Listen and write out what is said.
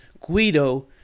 guido